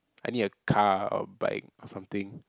I need a car or bike or something